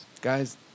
Guys